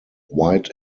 wide